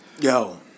Yo